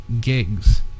gigs